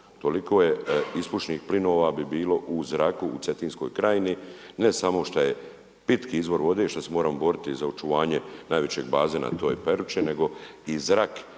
Toliko bi bilo ispušnih plinova u zraku u Cetinskoj krajini, ne samo što je pitki izvor vode, što se moramo boriti za očuvanje najvećeg bazena, a to je Peručin nego i zrak